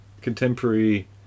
contemporary